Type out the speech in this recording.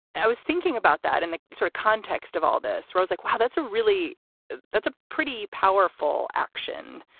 i was thinking about that in the sort of context of all this was like, wow, that's a really that's a pretty powerful action.